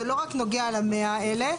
זה לא נוגע רק ל-100 מיליון,